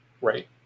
Right